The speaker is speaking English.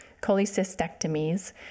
cholecystectomies